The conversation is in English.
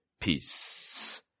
peace